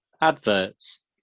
adverts